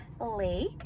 Lake